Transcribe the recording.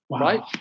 Right